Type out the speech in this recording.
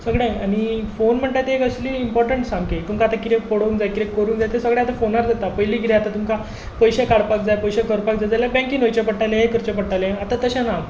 सगळे फोन म्हणटा ती इमपोरटंट सामकी तुका आतां कितें पळोवंक जाय कितें करूंक जाय तें सगलें आतां फोनार जाता पयलीं कितें जाता पयशे काडपाक जाय पयशे करपाक जाय जाल्यार बँकेंत वयचे पडटालें हें करचें पडटालें आतां तशें ना